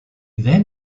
then